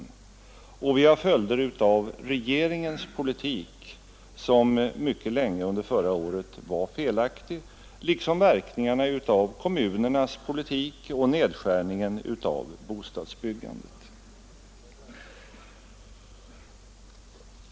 Vi har vidare att göra med följder av regeringens politik som mycket länge under förra året var felaktig. Vi har också att göra med verkningarna av kommunernas politik och nedskärningen av bostadsbyggandet.